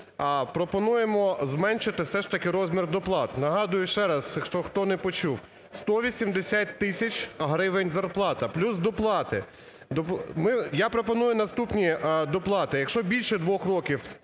пропонуємо зменшити все ж таки розмір доплат. Нагадую ще раз, хто не почув, 180 тисяч гривень зарплата, плюс доплати. Я пропоную наступні доплати, якщо більше двох років,